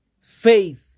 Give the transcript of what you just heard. Faith